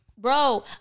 Bro